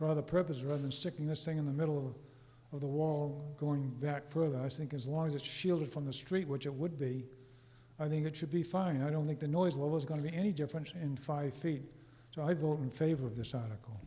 rather purpose rather than sticking this thing in the middle of the wall going for it i think as long as it's shielded from the street which it would be i think it should be fine and i don't think the noise level is going to be any different in five feet so i don't in favor of this article